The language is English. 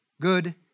good